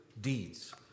deeds